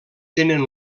tenen